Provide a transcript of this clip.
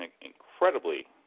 incredibly